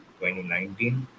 2019